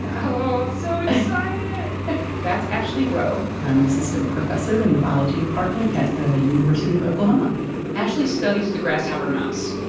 ah oh, i'm so excited that's ashlee rowe i'm an assistant professor in the biology department at the university of oklahoma ashlee studies the grasshopper mouse,